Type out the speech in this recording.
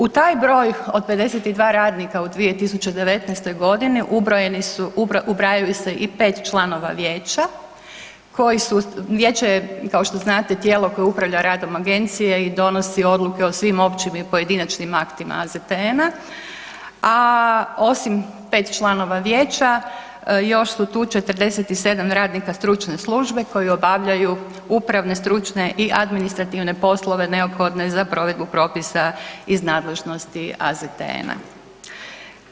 U taj broj od 52 radnika u 2019. g. ubrajaju se i 5 članova vijeća koji su, vijeće je kao što znate tijelo koje upravlja radom agencije i donosi odluke o svim općim i pojedinačnim aktima AZTN-a a osim 5 članova vijeća, još su tu 47 radnika stručne službe koji obavljaju upravne, stručne i administrativne poslove neophodne za provedbu propisa iz nadležnosti AZTN-a.